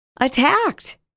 Attacked